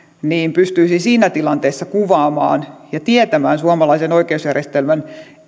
siinä tilanteessa kuvaamaan ja tietämään suomalaisen oikeusjärjestelmän